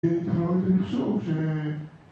‫תתקרבו לסוף, שי.